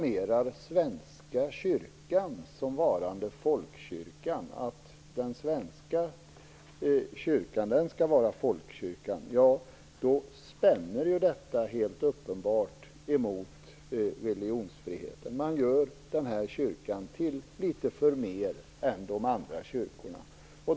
Men om staten proklamerar att Svenska kyrkan skall vara folkkyrkan spänner detta helt uppenbart mot religionsfriheten. Man gör den svenska kyrkan till något förmer än de andra kyrkorna.